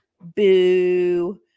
boo